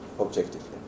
objectively